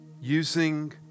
using